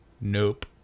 Nope